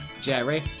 Jerry